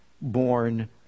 born